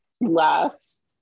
last